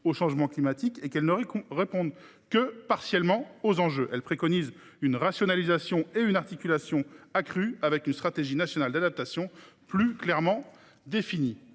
au changement climatique et qu’elles ne répondent que partiellement aux enjeux. Elle préconise donc une rationalisation et une articulation accrues, avec une stratégie nationale d’adaptation plus clairement définie.